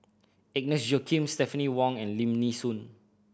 Agnes Joaquim Stephanie Wong and Lim Nee Soon